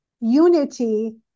unity